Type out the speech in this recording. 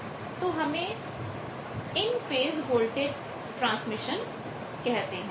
तो इसे हम इन फेज़ वोल्टेज ट्रांसफॉरमेशन कहते हैं